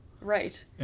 Right